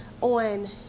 on